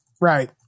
Right